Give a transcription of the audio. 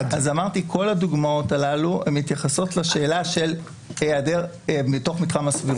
כל הדוגמאות הללו מתייחסות לשאלה מתוך מתחם הסבירות.